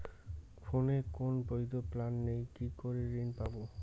ফোনে কোন বৈধ প্ল্যান নেই কি করে ঋণ নেব?